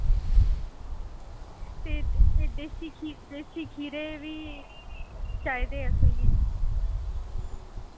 फिर एह् देसी खी देसी खीरे बी चाहिदे असेंगी